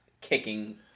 kicking